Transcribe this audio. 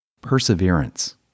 Perseverance